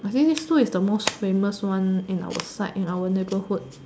I mean this two is the most famous one in our side in our neighborhood